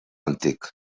antic